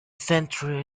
centre